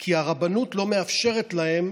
כי הרבנות לא מאפשרת להם,